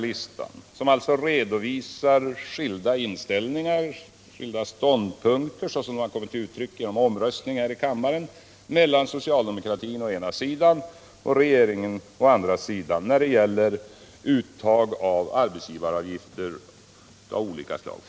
Listan redovisar alltså skilda ståndpunkter, såsom de kommit till uttryck genom omröstningar här i kammaren mellan socialdemokratin å ena sidan och regeringen å andra sidan när det gäller uttag av arbetsgivaravgifter av olika slag.